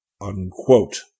unquote